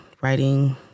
writing